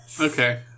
Okay